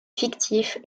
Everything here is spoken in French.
fictif